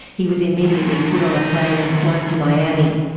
he was immediately put on a plane and flown to miami.